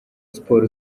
siporo